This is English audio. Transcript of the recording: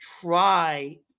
Try